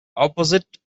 opposite